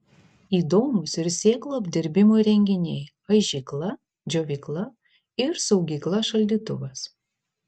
įdomūs ir sėklų apdirbimo įrenginiai aižykla džiovykla ir saugykla šaldytuvas